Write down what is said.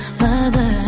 mother